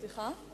סליחה,